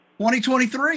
2023